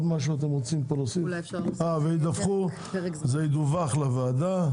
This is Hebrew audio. זה ידווח לוועדה.